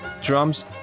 drums